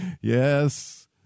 Yes